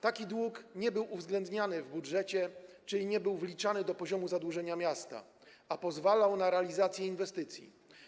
Taki dług nie był uwzględniany w budżecie, czyli nie był wliczany do poziomu zadłużenia miasta, a pozwalał na realizację inwestycji.